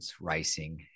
racing